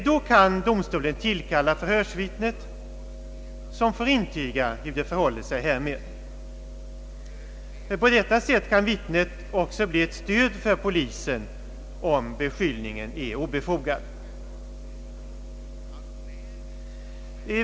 Då kan domstolen tillkalla förhörsvittnet, som får intyga hur det förhåller sig härmed. På detta sätt kan ju vittnet också bli ett stöd för polisen, om beskyllningen är obefogad.